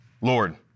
Lord